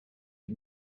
die